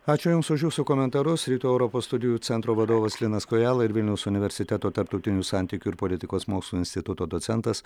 ačiū jums už jūsų komentarus rytų europos studijų centro vadovas linas kojala ir vilniaus universiteto tarptautinių santykių ir politikos mokslų instituto docentas